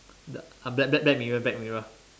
bl~ black black mirror black mirror